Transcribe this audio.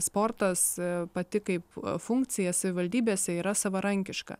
sportas pati kaip funkcija savivaldybėse yra savarankiška